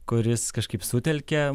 kuris kažkaip sutelkia